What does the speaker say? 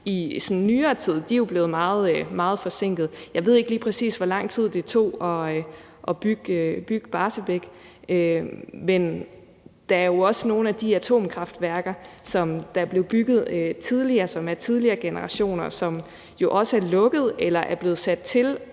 i nyere tid, er blevet meget forsinket. Jeg ved ikke lige præcis, hvor lang tid det tog at bygge Barsebäck, men der er jo også nogle af de atomkraftværker, der blev bygget tidligere, som hører til tidligere generationer, og som også er lukket eller er blevet sat til